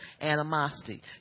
animosity